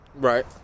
Right